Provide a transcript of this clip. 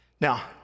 Now